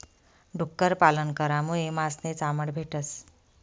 डुक्कर पालन करामुये मास नी चामड भेटस